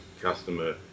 customer